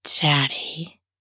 daddy